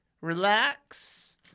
Relax